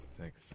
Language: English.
Thanks